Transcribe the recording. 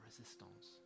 resistance